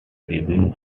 review